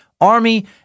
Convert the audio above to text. Army